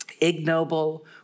ignoble